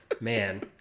man